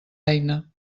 eina